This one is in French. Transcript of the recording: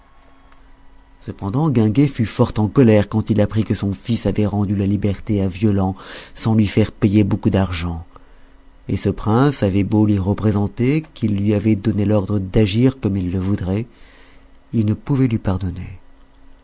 cependant guinguet fut fort en colère quand il apprit que son fils avait rendu la liberté à violent sans lui faire payer beaucoup d'argent ce prince avait beau lui représenter qu'il lui avait donné ordre d'agir comme il le voudrait il ne pouvait lui pardonner